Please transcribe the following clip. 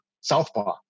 southpaw